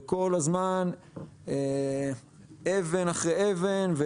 וכל הזמן אבן אחרי אבן,